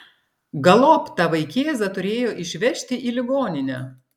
galop tą vaikėzą turėjo išvežti į ligoninę